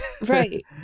right